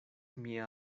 mia